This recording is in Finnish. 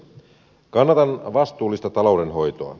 kannatan vastuullista taloudenhoitoa